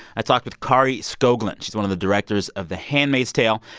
i talked with kari skogland. she's one of the directors of the handmaid's tale.